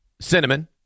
Cinnamon